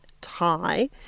tie